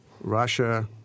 Russia –